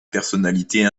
personnalité